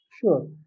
sure